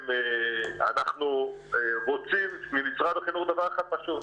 אנחנו רוצים ממשרד החינוך דבר אחד פשוט,